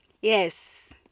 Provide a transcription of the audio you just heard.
Yes